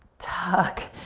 tuck,